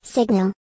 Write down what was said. Signal